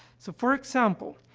so, for example,